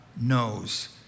knows